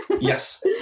Yes